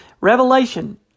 Revelation